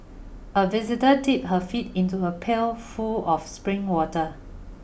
a visitor dip her feet into a pail full of spring water